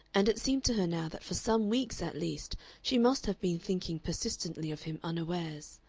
and it seemed to her now that for some weeks at least she must have been thinking persistently of him unawares.